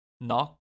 knock